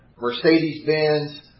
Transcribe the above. Mercedes-Benz